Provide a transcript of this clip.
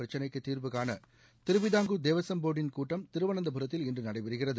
பிரச்சினைக்கு தீர்வு காண திருவிதாங்கூர் தேவசம் போர்டின் கூட்டம் திருவனந்தபுரத்தில் இன்று நடைபெறுகிறது